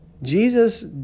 Jesus